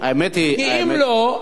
כי אם לא,